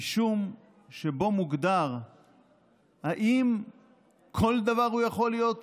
משום שבו מוגדר אם כל דבר יכול להיות